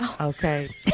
Okay